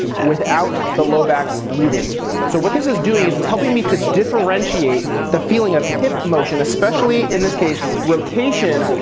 without the low back moving. so what this is doing, is it's helping me to differentiate the feeling of hip motion, especially in this case, rotation,